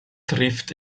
trifft